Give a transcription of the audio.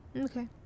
Okay